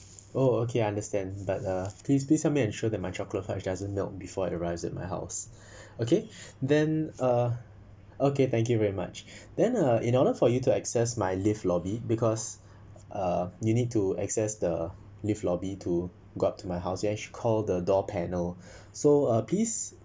oh okay I understand but uh please please help me ensure that my chocolate fudge doesn't melt before it arrives at my house okay then uh okay thank you very much then uh in order for you to access my lift lobby because uh you need to access the lift lobby to got to my house you actually call the door panel so please